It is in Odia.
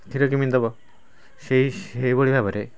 କ୍ଷୀର କେମିତି ଦେବ ସେଇ ସେହିଭଳି ଭାବରେ